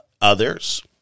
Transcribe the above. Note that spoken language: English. others